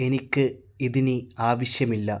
എനിക്ക് ഇതിനി ആവശ്യമില്ല